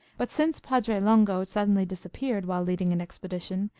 but since padre longo suddenly disappeared while leading an expedition,